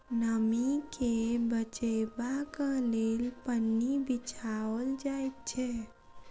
नमीं के बचयबाक लेल पन्नी बिछाओल जाइत छै